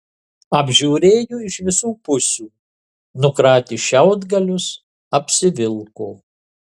apžiūrėjo iš visų pusių nukratė šiaudgalius apsivilko